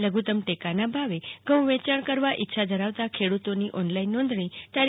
લધુતમ ટેકાના ભાવે ઘઉં વેચાણ કરવા ઇચ્છા ધરાવતાં ખેડુતોની ઓનલાઇન નોંધણી તા